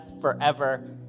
forever